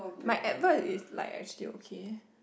my advert is like actually okay